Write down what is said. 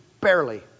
barely